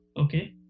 Okay